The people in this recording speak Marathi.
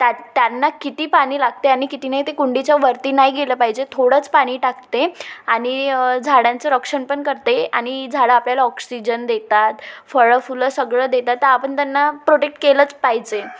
त्या त्यांना किती पाणी लागते आणि किती नाही ते कुंडीच्या वरती नाही गेलं पाहिजे थोडंच पाणी टाकते आणि झाडांचं रक्षण पण करते आणि झाडं आपल्याला ऑक्सिजन देतात फळं फुलं सगळं देतात तं आपण त्यांना प्रोटेक्ट केलंच पाहिजे